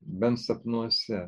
bent sapnuose